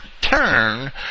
turn